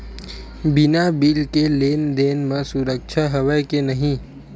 बिना बिल के लेन देन म सुरक्षा हवय के नहीं?